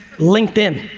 linkedin,